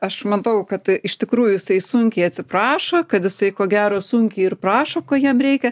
aš matau kad iš tikrųjų jisai sunkiai atsiprašo kad jisai ko gero sunkiai ir prašo ko jam reikia